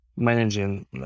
managing